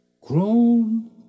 Grown